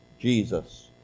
Jesus